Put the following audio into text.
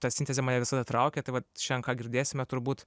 ta sintezė mane visada traukia tai vat šiandien ką girdėsime turbūt